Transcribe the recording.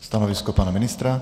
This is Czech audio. Stanovisko pana ministra?